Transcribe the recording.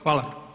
Hvala.